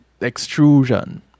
extrusion